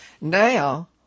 Now